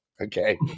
Okay